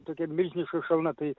tokia milžiniška šalna tai